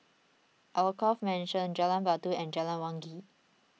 Alkaff Mansion Jalan Batu and Jalan Wangi